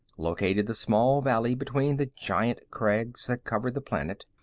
located the small valley between the giant crags that covered the planet,